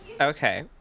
Okay